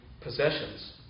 possessions